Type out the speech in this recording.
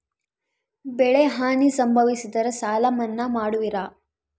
ಬೆಳೆಹಾನಿ ಸಂಭವಿಸಿದರೆ ಸಾಲ ಮನ್ನಾ ಮಾಡುವಿರ?